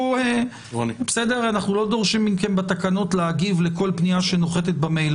אנחנו לא דורשים מכם בתקנות להגיב לכל פנייה שנוחתת במייל,